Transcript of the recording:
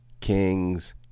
Kings